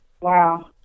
Wow